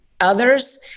Others